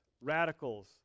radicals